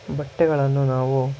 ಬಟ್ಟೆಗಳನ್ನು ನಾವು